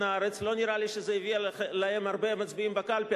"הארץ" לא נראה לי שזה הביא להן הרבה מצביעים בקלפי.